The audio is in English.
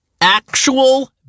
actual